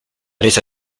resa